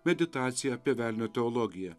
meditacija apie velnio teologiją